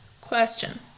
question